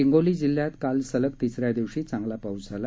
हिंगोली जिल्ह्यात काल सलग तिसऱ्या दिवशी चांगला पाऊस झाला